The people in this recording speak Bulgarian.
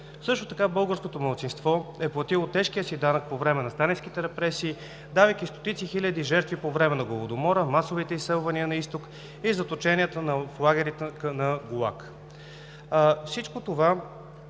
демокрация. Българското малцинство също така е платило тежкия си данък по време на сталинските репресии, давайки стотици хиляди жертви по време на Голодомора, масовите изселвания на изток и заточенията в лагерите на ГУЛАГ. Всичко това